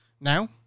now